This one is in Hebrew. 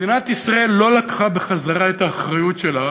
מדינת ישראל לא לקחה בחזרה את האחריות שלה